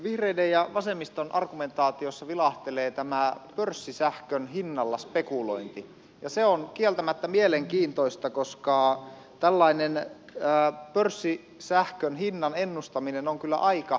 vihreiden ja vasemmiston argumentaatiossa vilahtelee tämä pörssisähkön hinnalla spekulointi ja se on kieltämättä mielenkiintoista koska tällainen pörssisähkön hinnan ennustaminen on kyllä aika mahdoton tehtävä